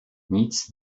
nic